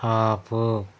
ఆపు